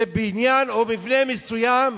שבניין או מבנה מסוים,